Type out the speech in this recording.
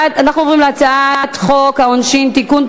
אנחנו עוברים להצעת החוק הבאה: הצעת חוק העונשין (תיקון,